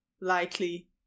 likely